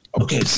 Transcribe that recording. Okay